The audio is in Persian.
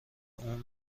اون